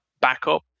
backup